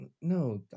no